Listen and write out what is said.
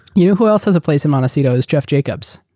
you know who else has a place in montecito is jeff jacobs.